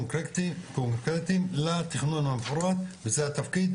קונקרטיים לתכנון המפורט וזה התפקיד,